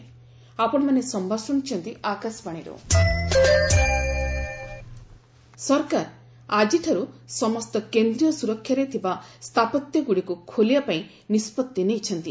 monuments open ସରକାର ଆଜିଠାରୁ ସମସ୍ତ କେନ୍ଦ୍ରୀୟ ସୁରକ୍ଷାରେ ଥିବା ସ୍ଥାପତ୍ୟ ଗୁଡ଼ିକୁ ଖୋଲିବା ପାଇଁ ନିଷ୍କଭି ନେଇଛନ୍ତି